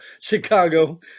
Chicago